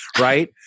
right